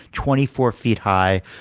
twenty four feet high.